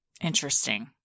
Interesting